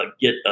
get